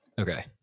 Okay